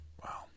Wow